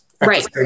Right